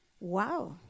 Wow